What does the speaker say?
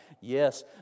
Yes